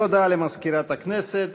תודה למזכירת הכנסת.